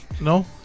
no